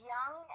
Young